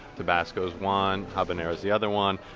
tobasco is one, habanero is the other one.